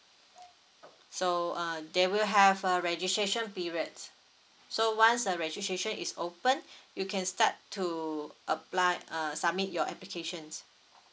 so uh they will have a registration periods so once the registration is open you can start to apply uh submit your applications